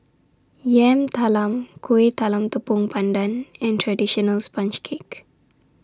Yam Talam Kuih Talam Tepong Pandan and Traditional Sponge Cake